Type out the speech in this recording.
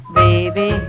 baby